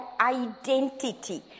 identity